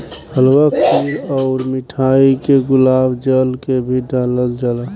हलवा खीर अउर मिठाई में गुलाब जल के भी डलाल जाला